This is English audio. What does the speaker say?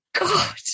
God